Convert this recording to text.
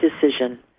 decision